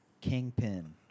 Kingpin